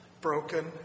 broken